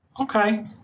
Okay